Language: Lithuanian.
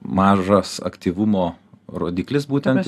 mažas aktyvumo rodiklis būtent